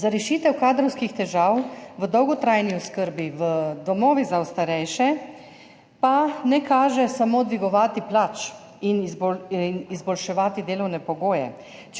Za rešitev kadrovskih težav v dolgotrajni oskrbi v domovih za starejše pa ne kaže samo dvigovati plač in izboljševati delovne pogoje,